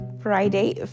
Friday